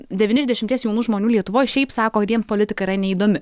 devyni iš dešimties jaunų žmonių lietuvoj šiaip sako jiem politika yra neįdomi